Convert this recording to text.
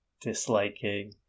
disliking